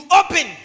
open